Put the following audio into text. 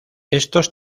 estos